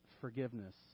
forgiveness